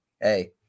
hey